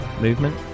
movement